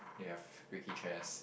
you have squeaky chairs